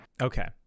Okay